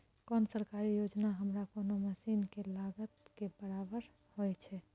कोन सरकारी योजना हमरा कोनो मसीन के लागत के बराबर होय छै?